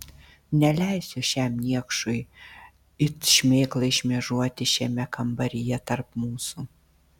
neleisiu šiam niekšui it šmėklai šmėžuoti šiame kambaryje tarp mūsų